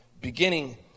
beginning